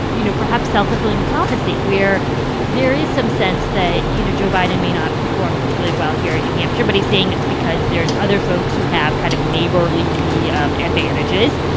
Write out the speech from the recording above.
you know, perhaps self-fulfilling prophecy where there is some sense that, you know, joe biden may not perform particularly well here in new hampshire? but he's saying it's because there's other folks who have kind of neighborly advantages.